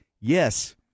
Yes